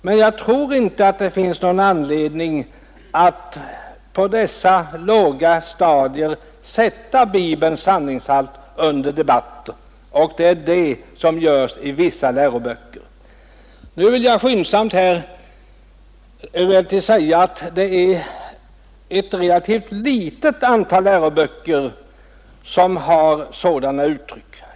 Men jag tror inte att det finns någon anledning att på dessa låga stadier sätta Bibelns sanningshalt under debatt. Det är det som man gör i vissa läroböcker. Nu vill jag emellertid skynda mig att tillägga att det är ett relativt litet antal läroböcker som har sådana negativa uttryck.